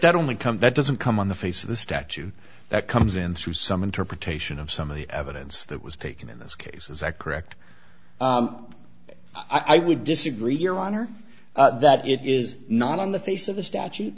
that only come that doesn't come on the face of the statue that comes in through some interpretation of some of the evidence that was taken in this case is that correct i would disagree your honor that it is not on the face of the statute